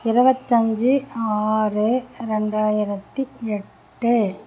இருபத்தஞ்சு ஆறு ரெண்டாயிரத்தி எட்டு